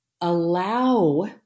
allow